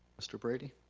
mr. brady?